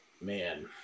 man